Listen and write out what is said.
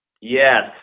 yes